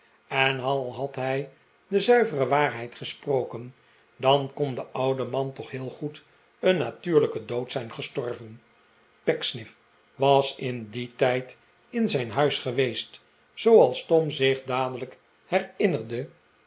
en al had hij de zuivere waarheid gesproken dan kon de oude man toch heel goed een natuurlijken dood zijn gestorven pecksniff was in dien tijd in zijn huis geweest zooals tom zich dadelijk herinnerde